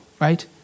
Right